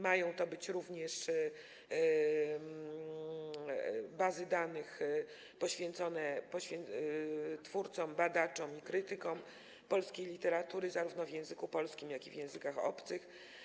Mają to być także bazy danych poświęcone twórcom, badaczom i krytykom polskiej literatury zarówno w języku polskim, jak i w językach obcych.